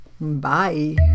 Bye